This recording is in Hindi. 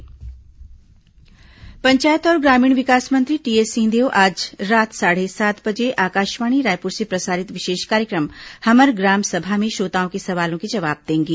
हमर ग्राम सभा पंचायत और ग्रामीण विकास मंत्री टीएस सिंहदेव आज रात साढ़े सात बजे आकाशवाणी रायपुर से प्रसारित विशेष कार्यक्रम हमर ग्राम सभा में श्रोताओं के सवालों के जवाब देंगे